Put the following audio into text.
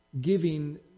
giving